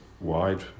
wide